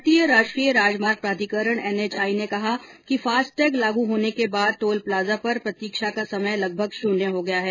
भारतीय राष्ट्रीय राजमार्ग प्राधिकरण एनएचएआई ने कहा है कि फास्टैग लागू होने के बाद टोल प्लाजा पर प्रतीक्षा का समय लगभग शुन्य हो गया है